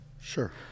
Sure